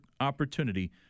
opportunity